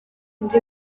indi